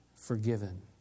forgiven